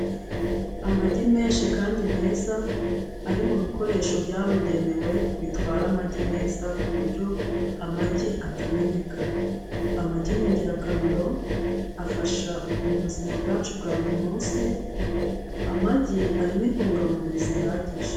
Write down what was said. Amagi menshi kandi meza, ari mu bikoresho byabugenewe, bitwara amagi neza ku buryo amagi atameneka. Amagi ni ingirakamaro, afasha mu buzima bwacu bwa buri munsi, amagi arimo intungamubiri zihagije.